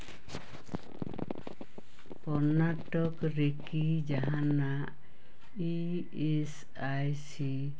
ᱠᱚᱨᱱᱟᱴᱚᱠ ᱨᱮᱜᱮ ᱡᱟᱦᱟᱱᱟᱜ E S I C